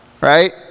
right